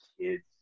kids